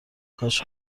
کاش